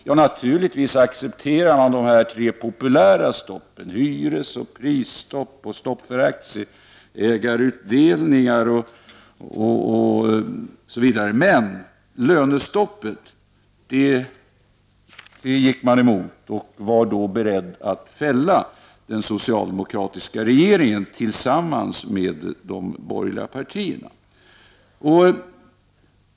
Man accepterar naturligtvis de tre populära stoppen — hyresstopp, prisstopp och stopp för aktieutdelningar. Lönestoppet gick vpk emellertid emot, och man var beredd att tillsammans med de borgerliga partierna fälla den socialdemokratiska regeringen.